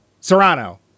Serrano